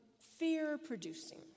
fear-producing